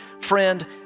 friend